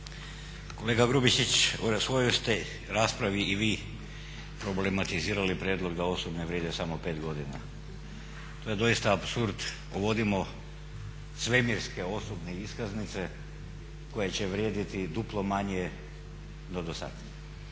Kolega Grubišić, u svojoj ste raspravi i vi problematizirali prijedlog da osobne vrijede samo pet godina. To je doista apsurd. Uvodimo svemirske osobne iskaznice koje će vrijediti duplo manje no do sad.